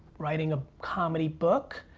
writing a comedy book.